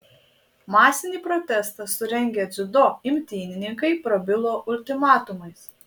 masinį protestą surengę dziudo imtynininkai prabilo ultimatumais